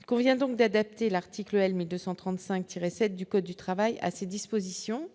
il convient donc d'adapter l'article L 1235 tiré 7 du code du travail à ces dispositions